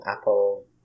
Apple